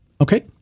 Okay